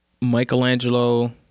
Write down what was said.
Michelangelo